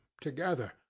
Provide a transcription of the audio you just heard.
together